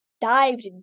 dived